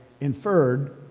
inferred